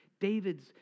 David's